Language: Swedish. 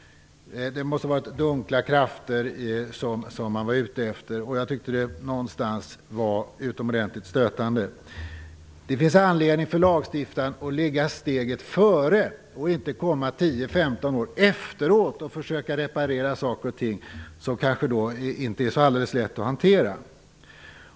Det måste ha varit dunkla krafter som man var ute efter, och det var på något sätt utomordentligt stötande. Det finns anledning för lagstiftarna att ligga steget före och inte komma 10-15 år efteråt och försöka reparera saker och ting som kanske då inte är så alldeles lätt att hantera.